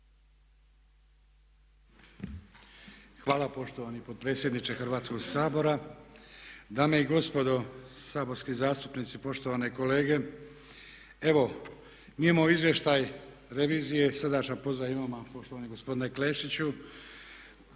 Hvala poštovani potpredsjedniče Hrvatskoga sabora. Dame i gospodo saborski zastupnici poštovane kolege evo mi imamo izvještaj revizije, srdačan pozdrav i vama poštovani gospodine Klešiću,